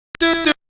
do